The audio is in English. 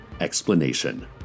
explanation